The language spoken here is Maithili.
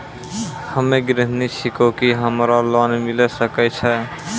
हम्मे गृहिणी छिकौं, की हमरा लोन मिले सकय छै?